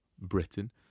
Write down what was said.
Britain